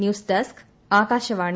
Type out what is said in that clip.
news desk Akashvani